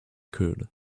could